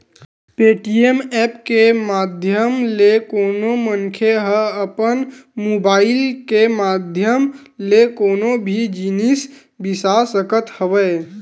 Paytm app के माधियम ले कोनो मनखे ह अपन मुबाइल के माधियम ले कोनो भी जिनिस बिसा सकत हवय